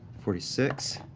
forty six,